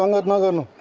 um at noon.